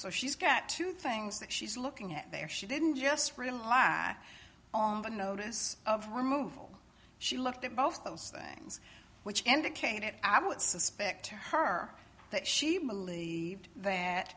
so she's got two things that she's looking at there she didn't just rely on the notice of removal she looked at both of those things which indicated i would suspect her that she believed that